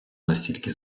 настільки